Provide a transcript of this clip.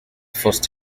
forced